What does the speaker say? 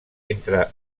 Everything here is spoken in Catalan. entre